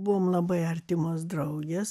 buvom labai artimos draugės